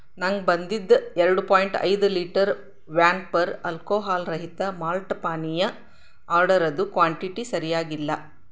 ನಂಗೆ ಬಂದಿದ್ದ ಎರಡು ಪಾಯಿಂಟ್ ಐದು ಲೀಟರ್ ವ್ಯಾನ್ ಪರ್ ಅಲ್ಕೋಹಾಲ್ ರಹಿತ ಮಾಲ್ಟ್ ಪಾನೀಯ ಆರ್ಡರದ್ದು ಕ್ವಾಂಟಿಟಿ ಸರಿಯಾಗಿಲ್ಲ